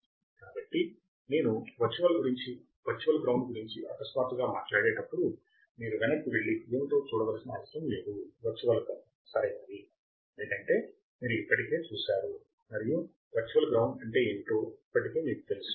కాబట్టి నేను virtual ground గురించి అకస్మాత్తుగా మాట్లాడేటప్పుడు మీరు వెనక్కి వెళ్లిఏమిటో చూడవలసిన అవసరం లేదు వర్చువల్ గ్రౌండ్ సరైనది ఎందుకంటే మీరు ఇప్పటికే చూశారు మరియు వర్చువల్ గ్రౌండ్ అంటే ఏమిటో ఇప్పటికే మీకు తెలుసు